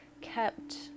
kept